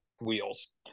wheels